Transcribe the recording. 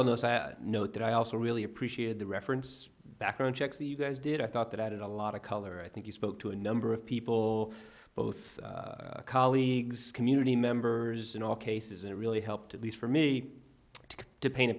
that note that i also really appreciated the reference to background checks that you guys did i thought that added a lot of color i think you spoke to a number of people both colleagues community members in all cases and it really helped at least for me to paint a